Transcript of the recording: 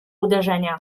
uderzenia